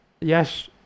Yes